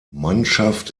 mannschaft